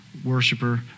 Worshiper